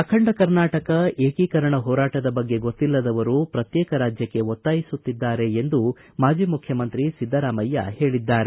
ಅಖಂಡ ಕರ್ನಾಟಕ ಏಕೀಕರಣ ಹೋರಾಟದ ಬಗ್ಗೆ ಗೊತ್ತಿಲ್ಲದವರು ಪ್ರತ್ಯೇಕ ರಾಜ್ಯಕ್ಕೆ ಒತ್ತಾಯಿಸುತ್ತಿದ್ದಾರೆ ಎಂದು ಮಾಜಿ ಮುಖ್ಯಮಂತ್ರಿ ಸಿದ್ದರಾಮಯ್ಯ ಹೇಳಿದ್ದಾರೆ